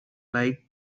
lied